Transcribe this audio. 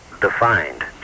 defined